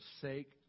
sake